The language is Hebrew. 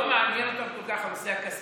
לא מעניין אותם כל כך הנושא הכספי.